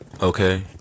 Okay